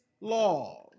law